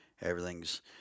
everything's